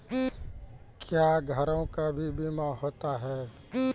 क्या घरों का भी बीमा होता हैं?